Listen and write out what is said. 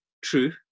True